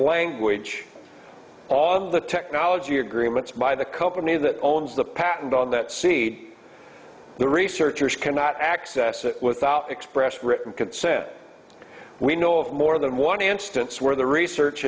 language on the technology agreements by the company that owns the patent on that seed the researchers cannot access it without express written consent we know of more than one instance where the research